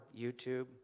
YouTube